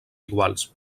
iguals